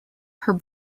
her